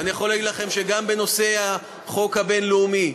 ואני יכול להגיד לכם שגם בנושא החוק הבין-לאומי,